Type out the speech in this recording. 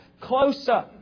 closer